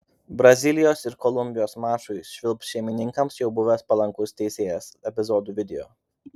brazilijos ir kolumbijos mačui švilps šeimininkams jau buvęs palankus teisėjas epizodų video